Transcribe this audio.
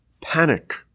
panic